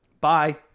bye